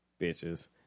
bitches